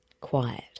quiet